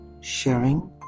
sharing